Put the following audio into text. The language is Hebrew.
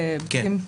כן.